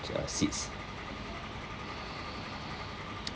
uh seats